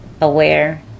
aware